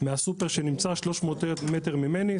מהסופר שנמצא 300 מטר ממני,